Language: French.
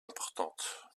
importantes